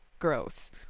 gross